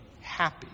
happy